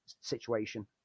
situation